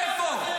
איפה?